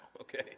okay